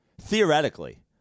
theoretically